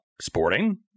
sporting